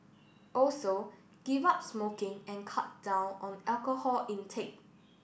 also give up smoking and cut down on alcohol intake